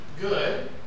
good